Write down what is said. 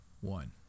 one